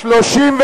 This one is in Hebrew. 10א